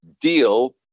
deal